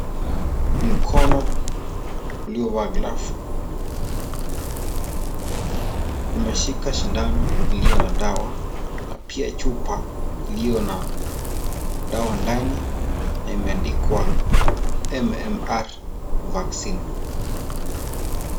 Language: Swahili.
Mkono uliovaa glovu umeshika sindano iliyo na dawa na pia chupa iliyo na dawa ndani na imeandikwa MMR vaccine.